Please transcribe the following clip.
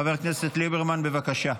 חבר הכנסת ליברמן, בבקשה.